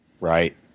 Right